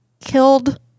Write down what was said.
killed